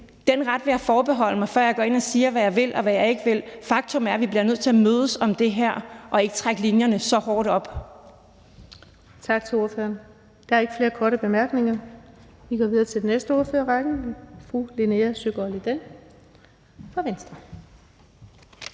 Den ret vil jeg forbeholde mig, før jeg går ind og siger, hvad jeg vil, og hvad jeg ikke vil. Faktum er, at vi bliver nødt til at mødes om det her og ikke trække linjerne så hårdt op. Kl. 11:19 Den fg. formand (Birgitte Vind): Tak til ordføreren. Der er ikke flere korte bemærkninger. Vi går videre til den næste ordfører i rækken. Det er fru Linea Søgaard-Lidell